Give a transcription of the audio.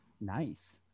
Nice